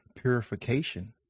purification